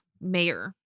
mayor